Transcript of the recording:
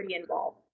involved